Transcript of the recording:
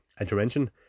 intervention